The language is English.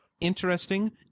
interesting